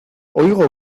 oigo